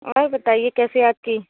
और बताइए कैसे याद की